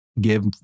give